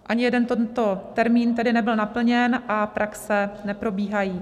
Ani jeden tento termín tedy nebyl naplněn a praxe neprobíhají.